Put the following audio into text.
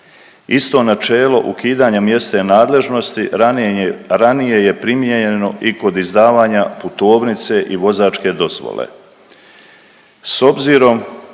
Isto načelo ukidanja mjesne nadležnosti ranije je primijenjeno i kod izdavanja putovnice i vozačke dozvole.